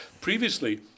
Previously